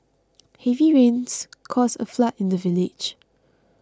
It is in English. heavy rains caused a flood in the village